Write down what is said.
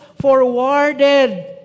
forwarded